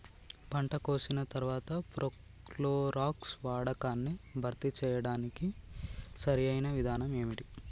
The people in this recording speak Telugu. పంట కోసిన తర్వాత ప్రోక్లోరాక్స్ వాడకాన్ని భర్తీ చేయడానికి సరియైన విధానం ఏమిటి?